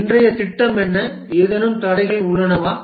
இன்றைய திட்டம் என்ன ஏதேனும் தடைகள் உள்ளதா